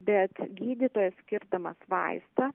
bet gydytojas skirdamas vaistą